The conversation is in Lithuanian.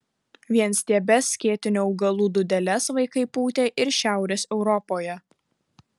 vienstiebes skėtinių augalų dūdeles vaikai pūtė ir šiaurės europoje